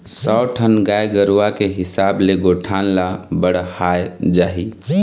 सौ ठन गाय गरूवा के हिसाब ले गौठान ल बड़हाय जाही